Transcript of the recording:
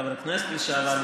חבר הכנסת לשעבר,